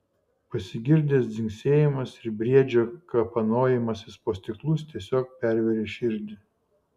pasigirdęs dzingsėjimas ir briedžio kapanojimasis po stiklus tiesiog pervėrė širdį